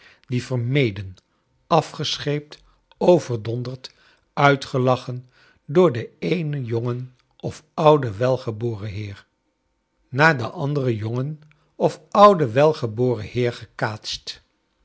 die vermeden afgescbeept overdonderd uitgelachen door den eenen jongen of ouden welgeboren heer naar den anderen jongen of ouden welgeboren heer